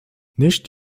nicht